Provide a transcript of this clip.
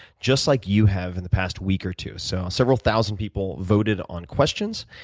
just like you have in the past week or two. so several thousand people voted on questions,